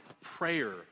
prayer